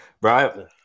Bro